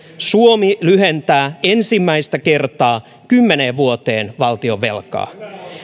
suomi lyhentää ensimmäistä kertaa kymmeneen vuoteen valtionvelkaa